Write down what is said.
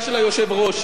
אני ליברל בינתיים,